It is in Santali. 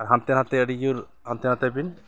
ᱟᱨ ᱦᱟᱱᱛᱮ ᱱᱟᱛᱮ ᱟᱹᱰᱤᱡᱳᱨ ᱦᱟᱱᱛᱮ ᱱᱟᱛᱮ ᱵᱤᱱ